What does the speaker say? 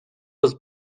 was